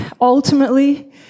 ultimately